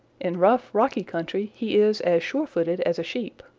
in rough, rocky country he is as sure-footed as a sheep.